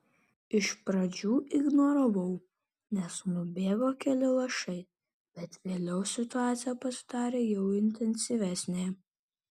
iš pradžių ignoravau nes nubėgo keli lašai bet vėliau situacija pasidarė jau intensyvesnė